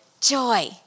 joy